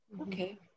Okay